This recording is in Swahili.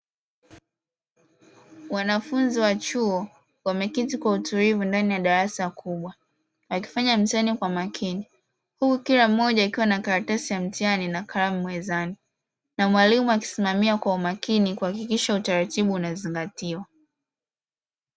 Wanafunzi wa chuo wameketi kwa utulivu ndani ya darasa kubwa, wakifanya mtihani kwa makini, huku kila mmoja akiwa na karatasi ya mtihani na kalamu mezani, na mwalimu akisimamia kwa umakini kuhakikisha utaratibu unazingatiwa.